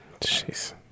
Jeez